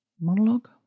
monologue